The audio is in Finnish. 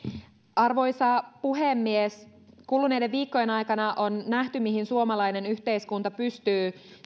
arvoisa puhemies kuluneiden viikkojen aikana on nähty mihin suomalainen yhteiskunta pystyy